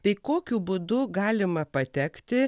tai kokiu būdu galima patekti